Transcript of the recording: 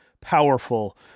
powerful